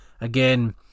again